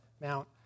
Mount